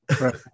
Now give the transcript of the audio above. Right